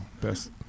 Best